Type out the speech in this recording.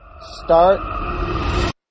start